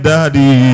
Daddy